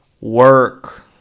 work